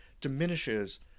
diminishes